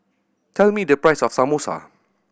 tell me the price of Samosa